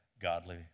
godly